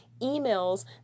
emails